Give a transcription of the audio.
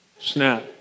snap